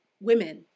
women